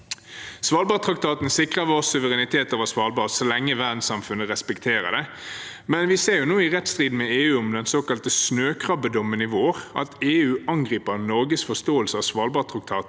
Svalbardtraktaten sikrer vår suverenitet over Svalbard så lenge verdenssamfunnet respekterer det. Men vi ser nå i rettsstriden med EU, den såkalte snøkrabbedommen i vår, at EU angriper Norges forståelse av Svalbardtraktaten.